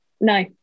No